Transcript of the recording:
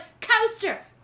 Coaster